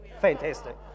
Fantastic